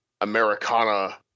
Americana